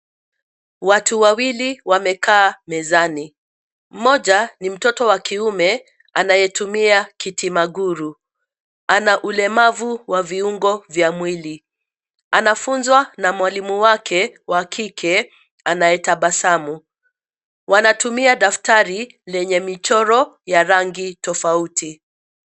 Watu wawili wamekaa mezani. Mmoja ni mtoto wa kiume anayetumia kiti-maguru. Anaulemavu wa viungo vya mwili. Anafunzwa na mwalimu wake wa kike anayetabasamu. Wanatumia daftari lenye michoro ya rangi tofauti.